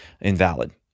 invalid